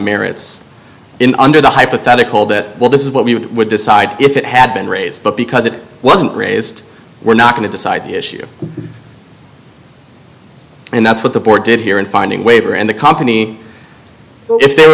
merits in under the hypothetical that well this is what we would decide if it had been raised but because it wasn't raised we're not going to decide the issue and that's what the board did here in finding waiver and the company if they were